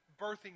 birthing